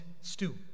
stew